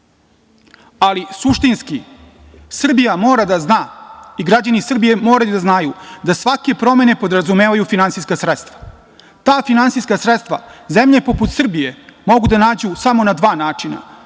Ali, suštinski, Srbija mora da zna i građani Srbije moraju da znaju da svake promene podrazumevaju finansijska sredstva. Ta finansijska sredstva zemlje poput Srbije mogu da nađu samo na dva načina.